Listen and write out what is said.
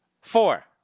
Four